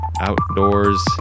outdoors